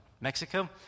Mexico